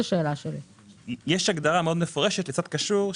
יש הגדרה מאוד מפורשת לצד קשור,